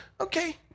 Okay